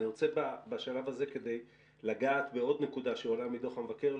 אני רוצה בשלב הזה כדי לגעת בעוד נקודה שעולה מדוח המבקר,